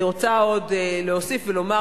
אני רוצה להוסיף ולומר